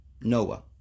Noah